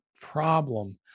problem